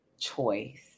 choice